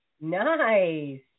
Nice